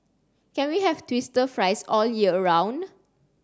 can we have twister fries all year round